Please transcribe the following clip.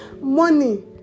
money